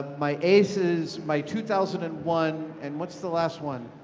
my aces, my two thousand and one, and what's the last one?